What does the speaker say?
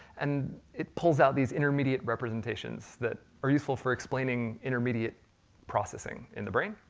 and it pulls out these intermediate representations that are useful for explaining intermediate processing in the brain.